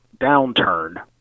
downturn